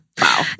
Wow